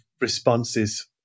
responses